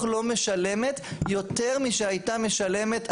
לא משלמת יותר משהייתה משלמת אחרת.